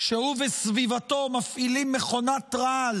שהוא וסביבתו מפעילים מכונת רעל